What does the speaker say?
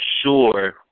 sure